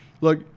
Look